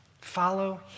Follow